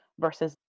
versus